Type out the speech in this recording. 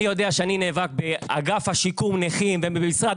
אני יודע שאני נאבק באגף שיקום נכים ובמשרד